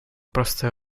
простая